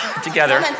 Together